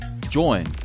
Join